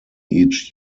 each